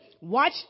Watch